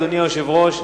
אדוני היושב-ראש,